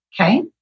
Okay